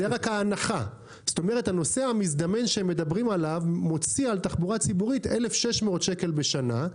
הנוסע המזדמן שהם מדברים עליו מוציא על תחבורה ציבורית 1,600 שקל בשנה.